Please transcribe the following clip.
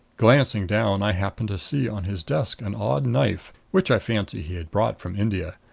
glancing down, i happened to see on his desk an odd knife, which i fancy he had brought from india.